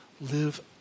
Live